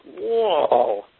whoa